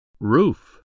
ROOF